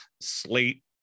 slate